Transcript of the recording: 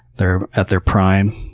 they're at their prime,